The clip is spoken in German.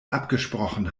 abgesprochen